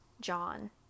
John